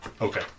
Okay